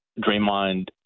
Draymond